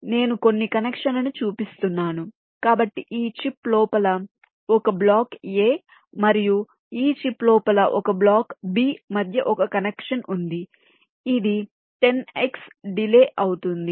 కాబట్టి నేను కొన్ని కనెక్షన్లను చూపిస్తున్నాను కాబట్టి ఈ చిప్ లోపల ఒక బ్లాక్ A మరియు ఈ చిప్ లోపల ఒక బ్లాక్ B మధ్య ఒక కనెక్షన్ వుంది ఇది 10X డిలే అవుతుంది